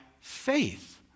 faith